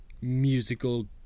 ...musical